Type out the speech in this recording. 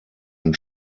ein